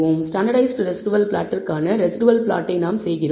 standardised residual பிளாட்டிற்கான residual பிளாட்டை நாம் செய்கிறோம்